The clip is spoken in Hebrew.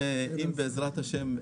בעזרת השם,